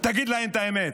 תגיד להם את האמת,